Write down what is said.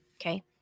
okay